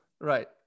right